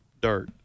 dirt